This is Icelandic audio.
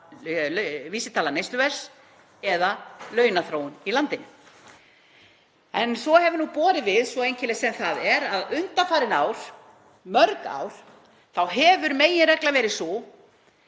vísitala neysluverðs eða launaþróun í landinu. En svo hefur borið við, svo einkennilegt sem það er, að undanfarin ár, mörg ár, þá hefur meginreglan verið sú